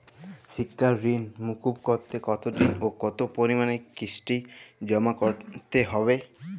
শিক্ষার ঋণ মুকুব করতে কতোদিনে ও কতো পরিমাণে কিস্তি জমা করতে হবে?